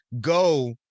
go